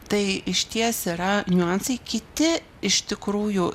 tai išties yra niuansai kiti iš tikrųjų